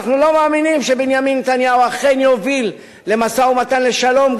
אנחנו לא מאמינים שבנימין נתניהו אכן יוביל למשא-ומתן לשלום,